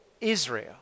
israel